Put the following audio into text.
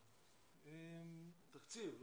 תקציב.